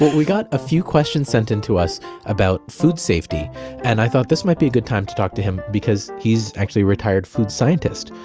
we got a few questions sent into us about food safety and i thought this might be a good time to talk to him because he is actually a retired food scientist.